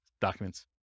documents